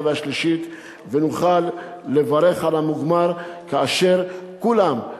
והשלישית ונוכל לברך על המוגמר כאשר כולם,